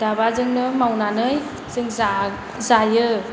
दाबाजोंनो मावनानै जों जा जायो